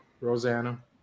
Rosanna